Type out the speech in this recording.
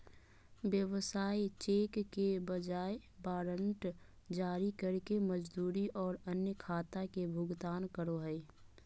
व्यवसाय चेक के बजाय वारंट जारी करके मजदूरी और अन्य खाता के भुगतान करो हइ